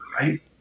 right